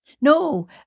No